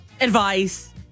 advice